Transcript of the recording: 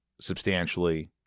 substantially